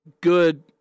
good